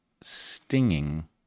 stinging